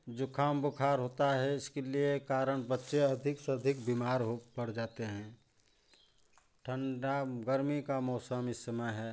जुकाम बुखार होता है इसके लिए कारण बच्चे अधिक से अधिक बीमार हो पड़ जाते हैं ठंडा गरमी का मौसम इस समय है